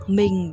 mình